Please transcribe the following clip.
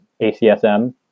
ACSM